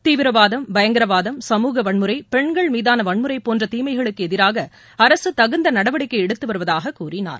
தீவிரவாதம் பயங்கரவாதம் சமூக வன்முறை பெண்கள் மீதான வன்முறை போன்ற தீமைகளுக்கு எதிராக அரசு தகுந்த நடவடிக்கை எடுத்து வருவதாகக் கூறினார்